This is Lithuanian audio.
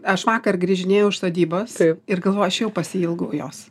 aš vakar grįžinėjau iš sodybos ir galvo aš jau pasiilgau jos